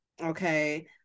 okay